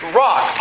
rock